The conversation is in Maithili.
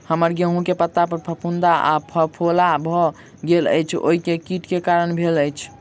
हम्मर गेंहूँ केँ पत्ता पर फफूंद आ फफोला भऽ गेल अछि, ओ केँ कीट केँ कारण भेल अछि?